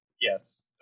yes